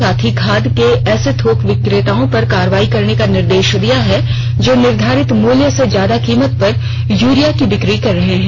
साथ ही खाद के ऐसे थोक बिक्रेताओं पर कार्रवाई करने के निर्देश दिया है जो निर्धारित मुल्य से ज्यादा कीमत पर यूरिया की बिक्री कर रहे हैं